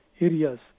areas